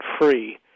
free